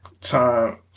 time